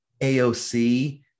AOC